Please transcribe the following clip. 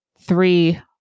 three